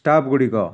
staff ଗୁଡ଼ିକ